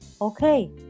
okay